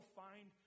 find